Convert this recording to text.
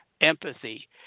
empathy